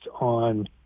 on